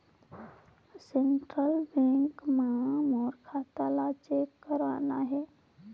Central bank मां मोर खाता ला चेक करना हे?